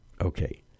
Okay